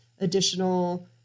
additional